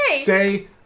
say